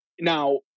Now